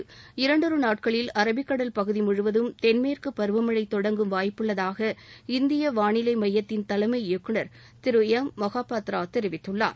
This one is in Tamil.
இன்னும் இரண்டொரு நாட்களில் அரபிக்கடல் பகுதி முழுவதும் தென்மேற்கு பருவமழை தொடங்கும் வாய்ப்புள்ளதாக இந்திய வாளிலை மையத்தின் தலைமை இயக்குநர் எம் மொகபாத்ரா தெரிவித்துள்ளார்